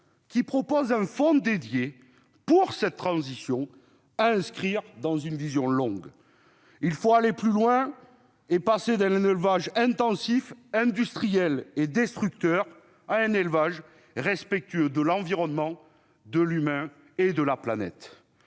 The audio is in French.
qui propose un fonds dédié à cette transition, dans une vision longue. Il faut aller plus loin et passer d'un élevage intensif, industriel et destructeur, à un élevage respectueux de l'environnement, de l'humain et de la planète.